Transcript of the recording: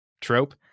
trope